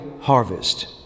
harvest